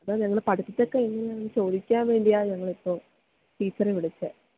അപ്പോള് ഞങ്ങള് പഠിത്തമൊക്കെ എങ്ങനെയാണെന്ന് ചോദിക്കാൻ വേണ്ടിയാണ് ഞങ്ങളിപ്പോള് ടീച്ചറെ വിളിച്ചത്